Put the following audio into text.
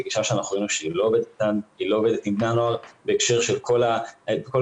זו גישה שראינו שהיא לא עובדת עם בני הנוער בכל הקשור